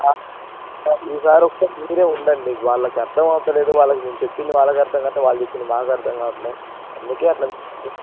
ఈసారి ఒకసారి మీరు ఉండండి వాళ్ళకి అర్థం అవ్వట్లేదు వాళ్ళకి మేము చెప్పింది వాళ్ళకి అర్థం కావట్లేదు వాళ్ళు చెప్పింది మాకు అర్థం కావట్లేదు అందుకని అట్లా